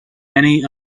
many